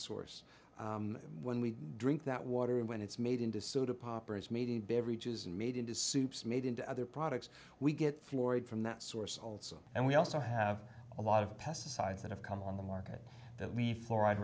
source when we drink that water and when it's made into soda pop or is meeting beverages and made into soups made into other products we get floored from that source also and we also have a lot of pesticides that have come on the market that we fluoride